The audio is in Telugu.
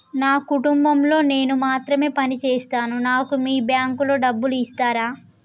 నా కుటుంబం లో నేను మాత్రమే పని చేస్తాను నాకు మీ బ్యాంకు లో డబ్బులు ఇస్తరా?